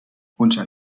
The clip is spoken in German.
unter